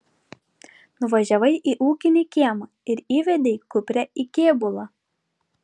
nuvažiavai į ūkinį kiemą ir įvedei kuprę į kėbulą